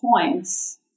points